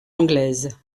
anglaise